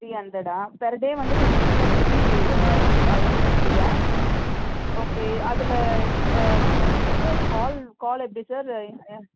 three ஹண்ட்ரடா per day வந்துட்டு உங்களுக்கு டூ ஜிபி இன்டர்நெட் ஃப்ரீயா ஓகே அதில் ஆ அப் இது சார் கால் கால் எப்படி சார்